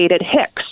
hicks